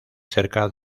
cerca